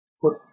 put